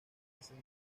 hacen